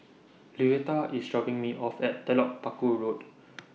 Luetta IS dropping Me off At Telok Paku Road